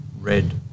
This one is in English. red